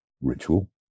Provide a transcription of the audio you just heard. ritual